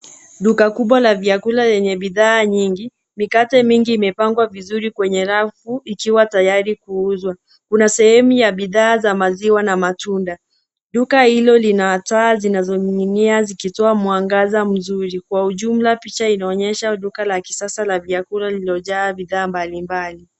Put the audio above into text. Duka kubwa la vyakula yenye bidhaa nyingi. Mikate mingi imapangwa vizuri kwenye rafu ikiwa tayari kuuzwa. Kuna sehemu ya bidhaa za maziwa na matunda. Duka hilo lina taa zinazoning'inia zikitoa mwangaza mzuri kwa ujumla picha inaonyesha duka la kisasa la vyakula lililojaa bidhaa mbalimbali.